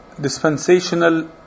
dispensational